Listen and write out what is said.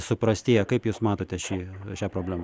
suprastėję kaip jūs matote šį šią problemą